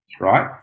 right